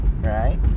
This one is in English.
right